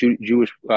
Jewish